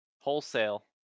Wholesale